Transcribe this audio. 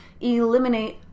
eliminate